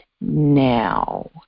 now